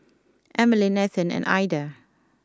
Emmaline Ethan and Aida